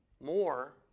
more